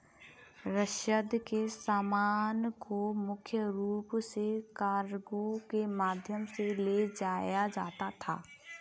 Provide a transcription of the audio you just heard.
रसद के सामान को मुख्य रूप से कार्गो के माध्यम से ले जाया जाता था